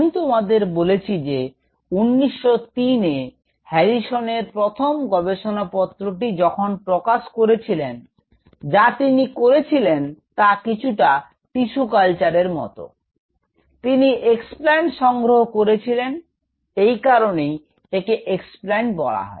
আমি তোমাদের বলেছি যে 1903এ হ্যারিসনের প্রথন গবেষণাপত্রটি যখন প্রকাশ করেছিলেন যা তিনি করেছিলেন তা কিছুটা টিস্যু কালচারের মত তিনি এক্সপ্ল্যানট সংগ্রহ করেছিলেন এই কারনেই একে এক্সপ্ল্যানট বলা হয়